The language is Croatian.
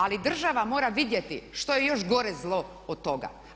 Ali država mora vidjeti što je još gore zlo od toga.